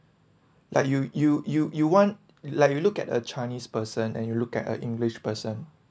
like you you you you want like you look at a chinese person and you look at a english person